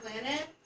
planet